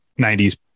90s